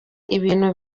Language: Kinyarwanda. ibintu